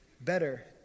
better